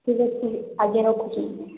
ଠିକ୍ ଅଛି ଆଜ୍ଞା ରଖୁଛି